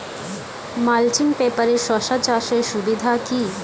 Mulching পেপারে শসা চাষের সুবিধা কি?